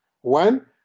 one